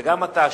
וגם אתה,